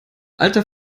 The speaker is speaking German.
alter